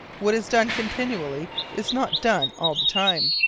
what is done continually is not done all the time,